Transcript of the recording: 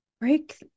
Break